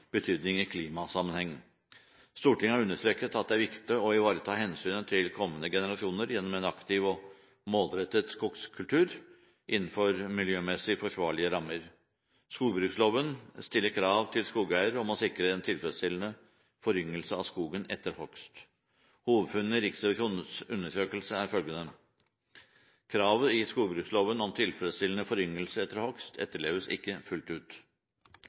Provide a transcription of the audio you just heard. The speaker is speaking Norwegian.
betydning i klimasammenheng. Stortinget har understreket at det er viktig å ivareta hensynet til kommende generasjoner gjennom en aktiv og målrettet skogkultur innenfor miljømessig forsvarlige rammer. Skogbruksloven stiller krav til skogeier om å sikre en tilfredsstillende foryngelse av skogen etter hogst. Hovedfunnene i Riksrevisjonens undersøkelse er følgende: «Kravet i skogbruksloven om tilfredsstillende foryngelse etter hogst etterleves ikke fullt ut.